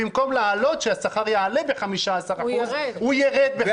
במקום שהשכר יעלה ב-15%, הוא ירד ב-15%.